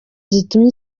zitumye